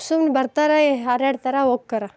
ಸುಮ್ನೆ ಬರ್ತಾರೆ ಹಾಡು ಹಾಡ್ತಾರೆ ಹೊಕ್ಕಾರೆ